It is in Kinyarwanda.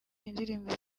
indirimbo